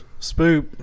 Spoop